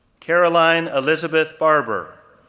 caroline elizabeth barber,